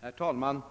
Herr talman!